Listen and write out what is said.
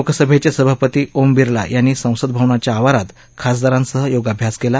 लोकसभेचे सभापती ओम बिर्ला यांनी संसद भवनाच्या आवारात खासदारांसह योगाभ्यास केला